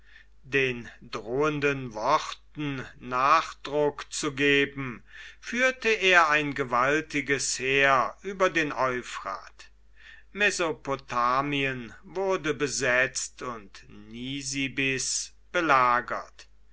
den drohenden worten nachdruck zu geben führte er ein gewaltiges heer über den euphrat mesopotamien wurde besetzt und nisibis belagert